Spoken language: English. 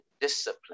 discipline